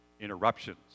interruptions